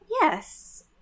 yes